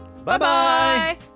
Bye-bye